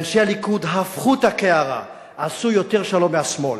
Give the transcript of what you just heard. אנשי הליכוד הפכו את הקערה, עשו יותר שלום מהשמאל.